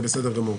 זה בסדר גמור.